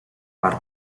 per